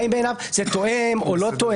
האם בעיניו זה תואם או לא.